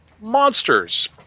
monsters